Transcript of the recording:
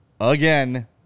again